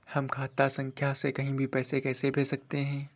हम खाता संख्या से कहीं भी पैसे कैसे भेज सकते हैं?